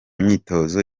myitozo